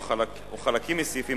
או חלקים מסעיפים,